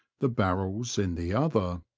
the barrels in the other.